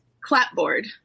Clapboard